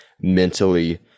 mentally